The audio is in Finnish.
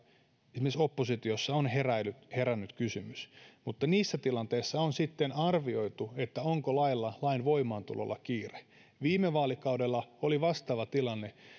esimerkiksi oppositiossa on herännyt herännyt kysymys mutta niissä tilanteissa on arvioitu onko lain voimaantulolla kiire viime vaalikaudella oli vastaava tilanne